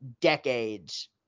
decades